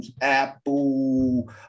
Apple